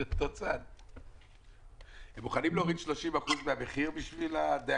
לגבי פערים.